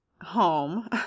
home